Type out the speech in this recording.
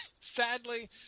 sadly